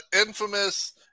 infamous